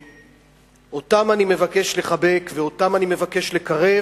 שאותם אני מבקש לחבק ואותם אני מבקש לקרב,